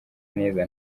neza